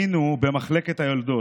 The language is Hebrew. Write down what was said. היינו במחלקת היולדות,